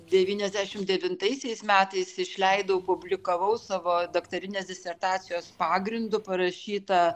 devyniasdešim devintaisiais metais išleidau publikavau savo daktarinės disertacijos pagrindu parašytą